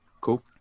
Cool